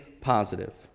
positive